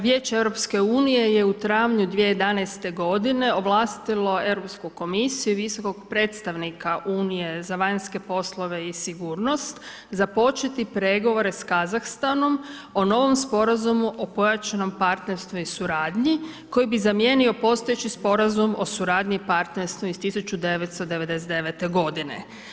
Vijeće EU je u travnju 2011. godine ovlastilo Europsku komisiju i visokog predstavnika Unije za vanjske poslove i sigurnost započeti pregovore sa Kazahstanom o novom Sporazumu o pojačanom partnerstvu i suradnji koji bi zamijenio postojeći Sporazum o suradnji i partnerstvu iz 1999. godine.